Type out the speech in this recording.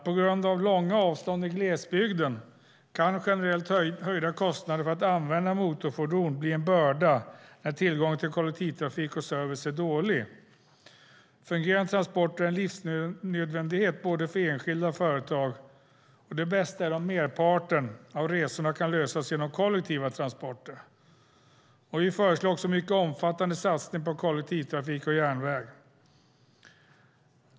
På grund av långa avstånd i glesbygden kan generellt höjda kostnader för att använda motorfordon bli en börda när tillgången till kollektivtrafik och service är dålig. Fungerande transporter är en livsnödvändighet för både enskilda och företag, och det bästa är om merparten av resorna kan lösas genom kollektiva transporter. Vi föreslår en mycket omfattande satsning på kollektivtrafik och järnväg.